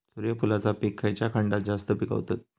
सूर्यफूलाचा पीक खयच्या खंडात जास्त पिकवतत?